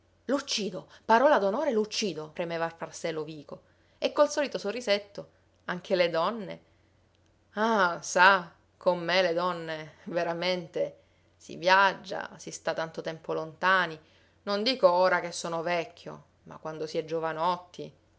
col solito sorrisetto anche le donne ah sa con me le donne veramente si viaggia si sta tanto tempo lontani non dico ora che sono vecchio ma quando si è giovanotti